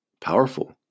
powerful